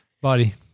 body